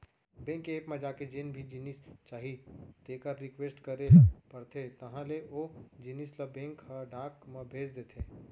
bank के app म जाके जेन भी जिनिस चाही तेकर रिक्वेस्ट करे ल परथे तहॉं ले ओ जिनिस ल बेंक ह डाक म भेज देथे